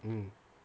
mm